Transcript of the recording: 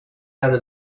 ara